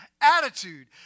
attitude